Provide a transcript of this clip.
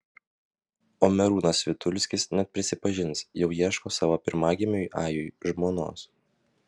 o merūnas vitulskis net prisipažins jau ieško savo pirmagimiui ajui žmonos